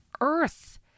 earth